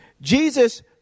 Jesus